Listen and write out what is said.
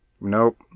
Nope